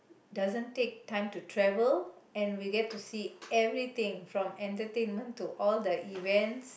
doesn't take time to travel and we get to see everything from entertainment to all the event